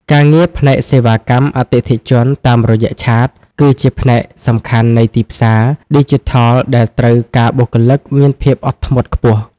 ការងារផ្នែកសេវាអតិថិជនតាមរយៈឆាត គឺជាផ្នែកសំខាន់នៃទីផ្សារឌីជីថលដែលត្រូវការបុគ្គលិកមានភាពអត់ធ្មត់ខ្ពស់។